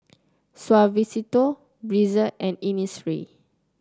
Suavecito Breezer and Innisfree